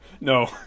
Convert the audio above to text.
No